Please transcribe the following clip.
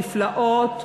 נפלאות,